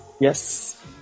Yes